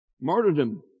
Martyrdom